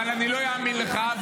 אבל לא אאמין לך,